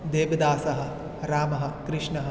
देवदासः रामः कृष्णः